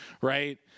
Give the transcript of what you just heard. Right